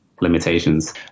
limitations